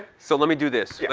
so let me do this, yeah